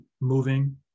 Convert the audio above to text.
moving